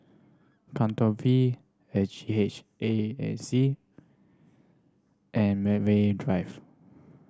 Katong V S G H A and E and Medway Drive